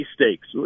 stakes